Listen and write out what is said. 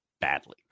badly